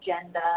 agenda